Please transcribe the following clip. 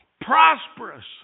prosperous